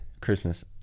christmas